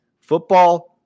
football